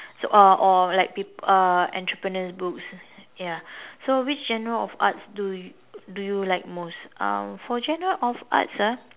so uh or like peop~ uh entrepreneur books ya so which genre of arts do you do you like most um for genre of arts ah